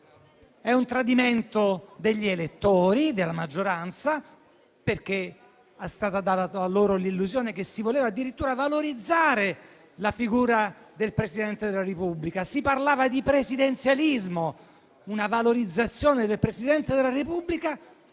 è un tradimento degli elettori della maggioranza, perché è stata data loro l'illusione che si voleva addirittura valorizzare la figura del Presidente della Repubblica. Si parlava di presidenzialismo, di una valorizzazione del Presidente della Repubblica.